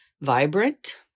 vibrant